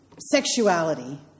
sexuality